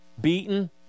beaten